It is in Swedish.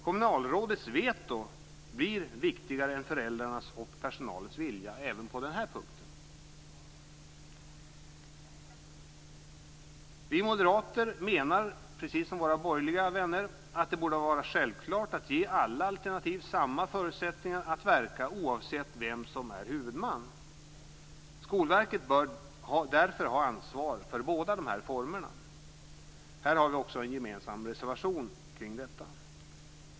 Kommunalrådets veto blir viktigare än föräldrarnas och personalens vilja även på den här punkten. Vi moderater anser, precis som våra borgerliga vänner, att det borde vara självklart att ge alla alternativ samma förutsättningar att verka oavsett vem som är huvudman. Skolverket bör därför ha ansvar för båda formerna. Vi har också en gemensam reservation kring detta.